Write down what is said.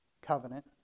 covenant